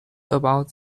about